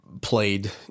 played